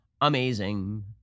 amazing